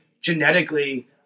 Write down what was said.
genetically